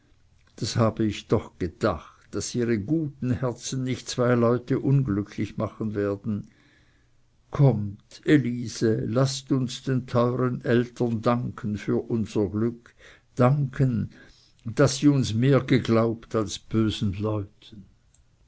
das habe ich doch gedacht daß ihre guten herzen nicht zwei leute unglücklich machen werden kommt elise laßt uns den teuren eltern danken für unser glück danken daß sie uns mehr geglaubt als bösen leuten